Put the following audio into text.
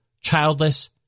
childless